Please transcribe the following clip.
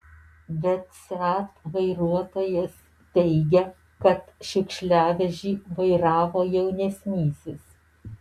bet seat vairuotojas teigia kad šiukšliavežį vairavo jaunesnysis